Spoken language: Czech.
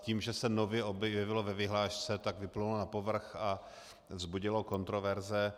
Tím, že se nově objevilo ve vyhlášce, tak vyplynulo na povrch a vzbudilo kontroverze.